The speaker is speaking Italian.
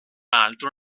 altro